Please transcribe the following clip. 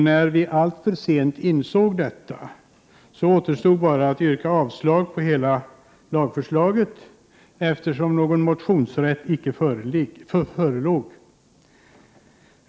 När vi alltför sent insåg detta återstod bara att yrka avslag på hela lagförslaget, eftersom någon motionsrätt icke förelåg.